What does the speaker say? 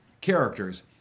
characters